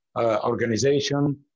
organization